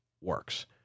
works